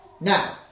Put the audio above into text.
now